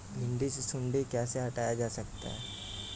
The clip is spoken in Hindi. भिंडी से सुंडी कैसे हटाया जा सकता है?